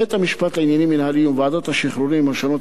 בית-המשפט לעניינים מינהליים וועדות השחרורים השונות